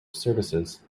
services